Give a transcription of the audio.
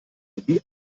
wie